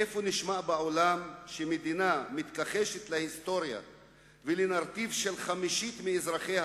איפה נשמע בעולם שמדינה מתכחשת להיסטוריה ולנרטיב של חמישית מאזרחיה,